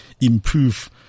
improve